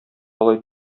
алай